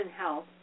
health